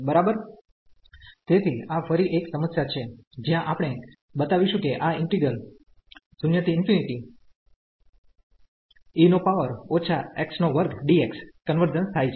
બરાબર તેથીઆ ફરી એક સમસ્યા છે જ્યાં આપણે બતાવીશું કે આ ઈન્ટિગ્રલ કન્વર્જન્સ થાય છે